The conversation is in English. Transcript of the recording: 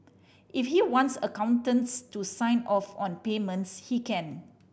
if he wants accountants to sign off on payments he can